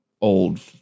old